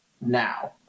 now